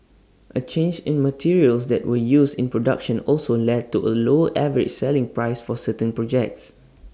A change in materials that were used in production also led to A lower average selling price for certain projects